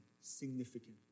significant